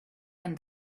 and